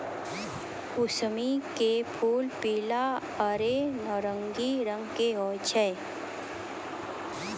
कुसमी के फूल पीला आरो नारंगी रंग के होय छै